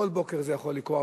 כל בוקר זה יכול לקרות,